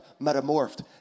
metamorphed